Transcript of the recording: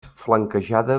flanquejada